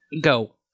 Go